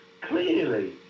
Clearly